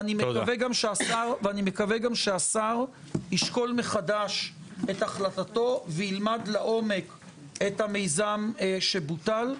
אני גם מקווה שהשר ישקול מחדש את החלטתו וילמד לעומק את המיזם שבוטל.